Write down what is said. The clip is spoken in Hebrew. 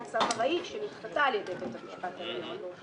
לצו ארעי שנדחתה על יד בית המשפט העליון.